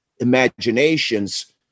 imaginations